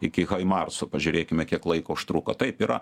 iki marso pažiūrėkime kiek laiko užtruko taip yra